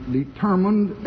determined